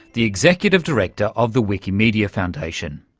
the executive director of the wikimedia foundation.